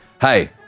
Hey